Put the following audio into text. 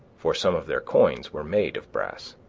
for some of their coins were made of brass